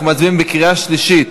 אנחנו מצביעים בקריאה שלישית.